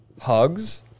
Hugs